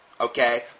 Okay